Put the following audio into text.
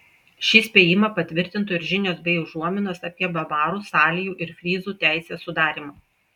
šį spėjimą patvirtintų ir žinios bei užuominos apie bavarų salijų ir fryzų teisės sudarymą